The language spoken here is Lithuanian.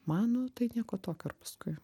man nu tai nieko tokio ir paskui